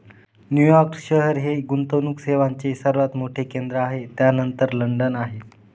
New York शहर हे गुंतवणूक सेवांचे सर्वात मोठे केंद्र आहे त्यानंतर लंडन आहे